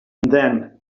then